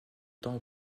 temps